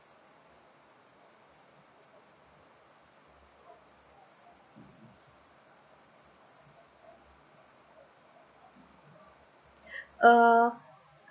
uh